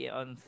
on